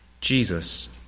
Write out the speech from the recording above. Jesus